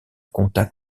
contact